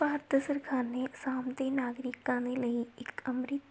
ਭਾਰਤ ਸਰਕਾਰ ਨੇ ਅਸਾਮ ਦੇ ਨਾਗਰਿਕਾਂ ਦੇ ਲਈ ਇੱਕ ਅੰਮ੍ਰਿਤ